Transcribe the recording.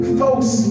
folks